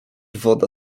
woda